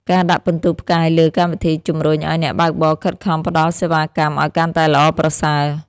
ការដាក់ពិន្ទុផ្កាយលើកម្មវិធី ជំរុញឱ្យអ្នកបើកបរខិតខំផ្ដល់សេវាកម្មឱ្យកាន់តែល្អប្រសើរ។